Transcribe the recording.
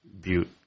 Butte